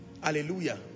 Hallelujah